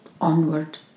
onward